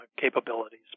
capabilities